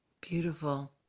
Beautiful